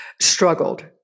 struggled